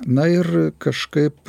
na ir kažkaip